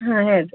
ಹಾಂ ಹೇಳಿರಿ